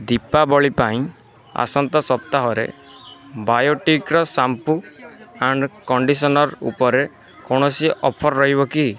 ଦୀପାବଳି ପାଇଁ ଆସନ୍ତା ସପ୍ତାହରେ ବାୟୋଟିକ୍ର ଶ୍ୟାମ୍ପୁ ଆଣ୍ଡ୍ କଣ୍ଡିସନର୍ ଉପରେ କୌଣସି ଅଫର୍ ରହିବ କି